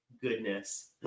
goodness